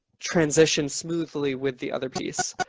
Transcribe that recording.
transition smoothly with the other piece.